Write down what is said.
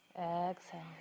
Exhale